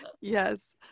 Yes